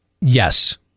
yes